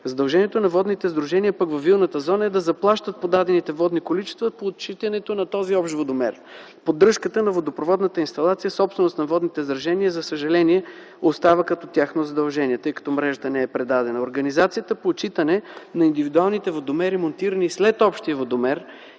Задължението на водните сдружения във Вилната зона е да заплащат подадените водни количества по отчитането на този общ водомер. Поддръжката на водопроводната инсталация – собственост на водните сдружения, за съжаление остава като тяхно задължение, тъй като мрежата не е предадена. Организацията по отчитане на индивидуалните водомери, монтирани след общия водомер,